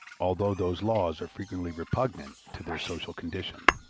although those laws are frequently repugnant to their social condition.